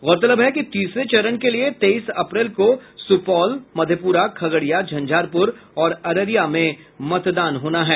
गौरतलब है कि तीसरे चरण के लिए तेईस अप्रैल को सुपौल मधेपुरा खगड़िया झंझारपुर और अररिया में मतदान होना है